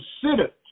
considered